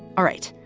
all right.